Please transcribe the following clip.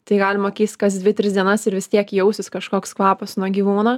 tai galima keist kas dvi tris dienas ir vis tiek jausis kažkoks kvapas nuo gyvūno